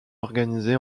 organisé